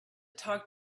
talk